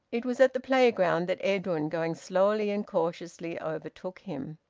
it was at the playground that edwin, going slowly and cautiously, overtook him.